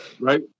Right